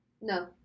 No